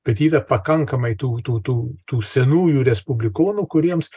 bet yra pakankamai tų tų tų tų senųjų respublikonų kuriems